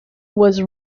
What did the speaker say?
was